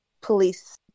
police